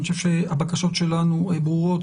אני חושב שהבקשות שלנו ברורות,